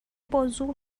بازور